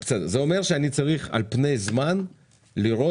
זה אומר שאני צריך על פני זמן לראות